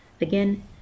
Again